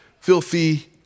filthy